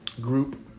group